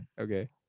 Okay